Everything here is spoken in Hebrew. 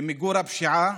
ומיגור הפשיעה